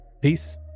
Peace